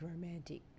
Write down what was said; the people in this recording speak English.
romantic